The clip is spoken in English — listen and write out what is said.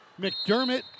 McDermott